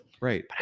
Right